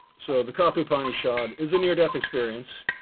so the katha upanishad is the near death experience,